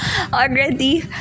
already